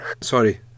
sorry